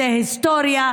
זה היסטוריה,